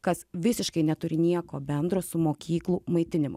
kas visiškai neturi nieko bendro su mokyklų maitinimu